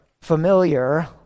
familiar